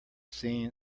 seen